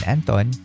Anton